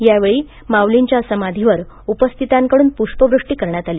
यावेळी माउलींच्या समाधीवर उपस्थितांकडुन पृष्पवृष्टी करण्यात आली